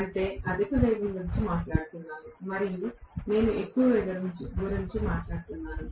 అంటే నేను అధిక వేగం గురించి మాట్లాడుతున్నాను మరియు నేను ఎక్కువ వేగం గురించి మాట్లాడుతున్నాను